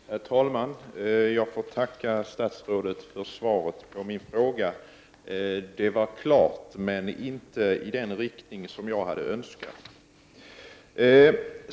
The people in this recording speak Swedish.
Herr talman! Jag får tacka statsrådet för svaret på min fråga. Det var klart, men gick inte i den riktning som jag hade önskat.